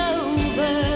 over